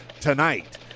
tonight